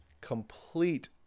complete